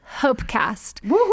HopeCast